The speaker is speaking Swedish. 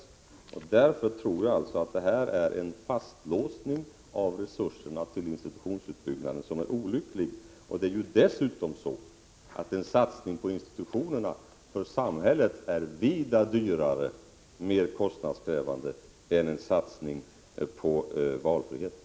Därmed sker en fastlåsning av resurserna till institutionsutbyggnaden som är olycklig. Dessutom är en satsning på institutionerna vida mer kostnadskrävande för samhället än en satsning på valfriheten.